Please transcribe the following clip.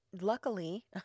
luckily